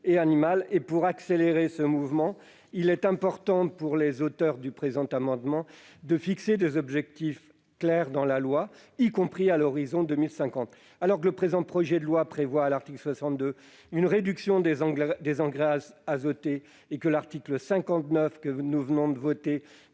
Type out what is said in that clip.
Pour accélérer ce mouvement, il est important pour les auteurs du présent amendement de fixer des objectifs clairs dans la loi, y compris à l'horizon de 2050. Alors que le présent projet de loi prévoit, à l'article 62, une réduction des engrais azotés, et que l'article 59 que nous venons de voter